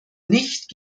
nicht